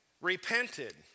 repented